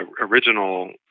original